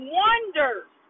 wonders